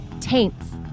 Taints